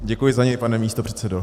Děkuji za něj, pane místopředsedo.